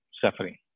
suffering